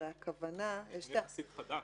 הרי הכוונה -- המדרג הזה הוא סעיף חדש.